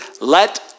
let